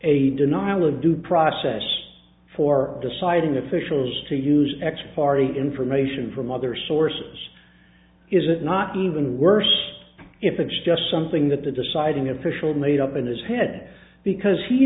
a denial of due process for deciding officials to use x party information from other sources is it not even worse if it's just something that the deciding official made up in his head because he